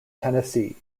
tennessee